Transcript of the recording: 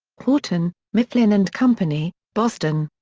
houghton, mifflin and company, boston.